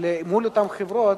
מול אותן חברות,